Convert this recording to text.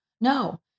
No